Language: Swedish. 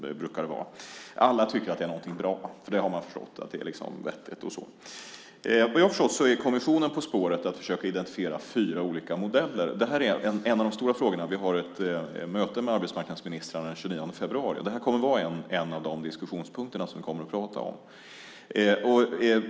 Så brukar det vara. Alla tycker att det är någonting bra. Man har förstått att det är vettigt och så. Vad jag har förstått försöker kommissionen identifiera fyra olika modeller. Det här är en av de stora frågorna. Vi har ett möte med arbetsmarknadsministrarna den 29 februari. Det här kommer att vara en av de diskussionspunkter som vi kommer att prata om.